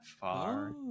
far